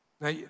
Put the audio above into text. Now